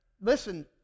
listen